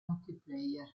multiplayer